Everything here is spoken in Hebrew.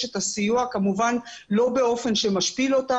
את הסיוע כמובן לא באופן שמשפיל אותם.